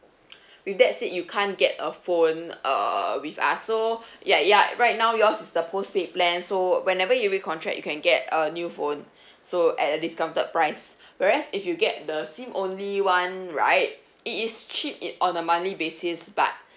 with that said you can't get a phone err with us so ya ya right now yours the postpaid plan so whenever you recontract you can get a new phone so at a discounted price whereas if you get the SIM only [one] right it is cheap it on a monthly basis but